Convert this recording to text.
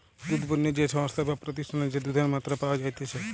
দুধ পণ্য যে সংস্থায় বা প্রতিষ্ঠানে যে দুধের মাত্রা পাওয়া যাইতেছে